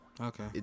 okay